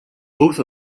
oath